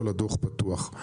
כל הדוח פתוח.